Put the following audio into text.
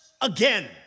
again